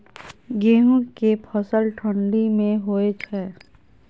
गेहूं के फसल ठंडी मे होय छै?